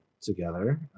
together